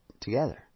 together